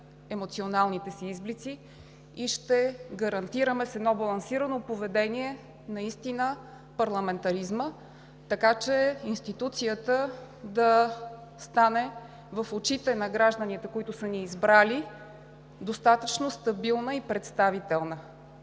емоционалните си изблици и наистина ще гарантираме с едно балансирано поведение парламентаризма, така че институцията да стане в очите на гражданите, които са ни избрали, достатъчно стабилна и представителна.